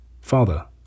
Father